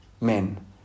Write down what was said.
men